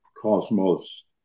cosmos